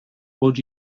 would